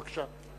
בבקשה.